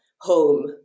home